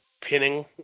pinning